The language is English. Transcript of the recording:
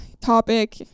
topic